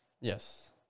yes